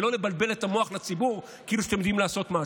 ולא לבלבל את המוח לציבור כאילו שאתם יודעים לעשות משהו.